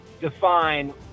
define